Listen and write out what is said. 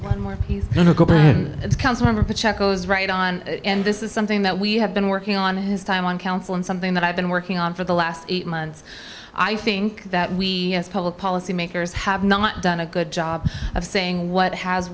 ose right on and this is something that we have been working on his time on council and something that i've been working on for the last eight months i think that we as public policy makers have not done a good job of saying what has